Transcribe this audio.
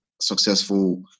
successful